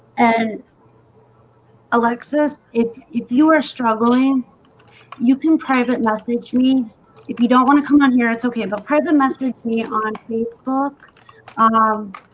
and alexis if if you are struggling you can private message me if you don't want to come on here. it's okay, but prayer domestic me on facebook um um,